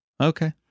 Okay